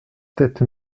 tête